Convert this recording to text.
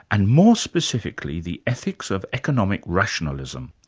and more specifically, the ethics of economic rationalism.